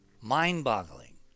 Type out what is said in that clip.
Mind-boggling